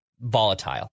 volatile